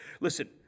Listen